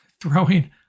throwing